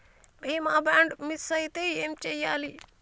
బీమా bond miss అయితే ఏం చేయాలి?